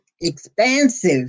expansive